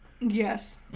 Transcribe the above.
Yes